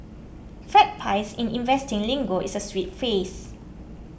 fat pies in investing lingo is a sweet phrase